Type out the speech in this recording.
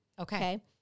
Okay